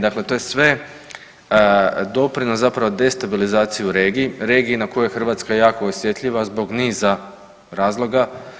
Dakle, to je sve doprinos zapravo destabilizacije u regiji, regiji na koju je Hrvatska jako osjetljiva zbog niza razloga.